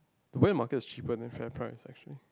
the wet market is cheaper than fair price actually